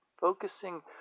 Focusing